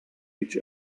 each